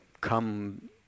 come